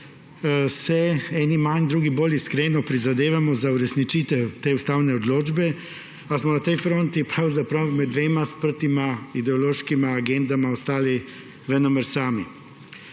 let eni manj, drugi bolj iskreno prizadevamo za uresničitev te ustavne odločbe, a smo na tej fronti pravzaprav med dvema sprtima ideološkima agendama ostali venomer sami.